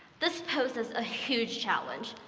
this poses a huge challenge.